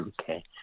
Okay